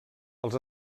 els